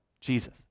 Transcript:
Jesus